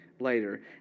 Later